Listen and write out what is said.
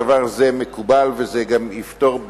הדבר הזה מקובל, וזה גם יפתור,